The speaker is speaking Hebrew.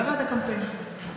ירד הקמפיין.